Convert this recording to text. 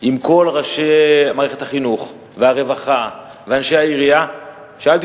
עם כל ראשי מערכת החינוך והרווחה ואנשי העירייה שאלתי